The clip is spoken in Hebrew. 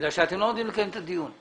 אתם לא נותנים לקיים את הדיון.